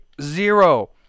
zero